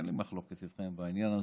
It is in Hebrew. אין לי מחלוקת איתכם בעניין הזה.